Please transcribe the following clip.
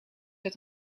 het